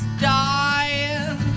dying